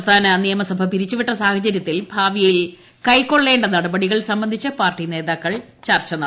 സംസ്ഥാന അസംബ്ലി പിരിച്ചു വിട്ട സാഹചരൃത്തിൽ ഭാവിയിൽ കൈക്കൊള്ളേണ്ട നടപടികൾ സംബന്ധിച്ച് പാർട്ടി നേതാക്കൾ ചർച്ച ചെയ്തു